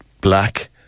black